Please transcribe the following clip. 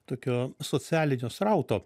tokio socialinio srauto